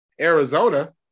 arizona